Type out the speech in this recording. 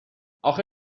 آخه